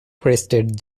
crested